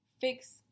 fix